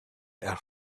earth